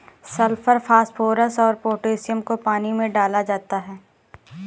sulphur phosphorus और potassium को पानी में डाला जाता है